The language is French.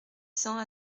cents